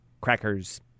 crackers